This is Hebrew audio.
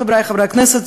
חברי חברי הכנסת,